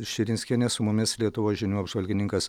širinskienė su mumis lietuvos žinių apžvalgininkas